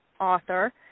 author